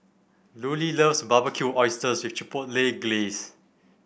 Lulie loves Barbecued Oysters with Chipotle Glaze